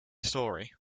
story